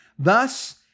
Thus